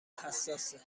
حساسه